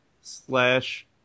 slash